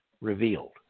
Revealed